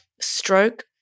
stroke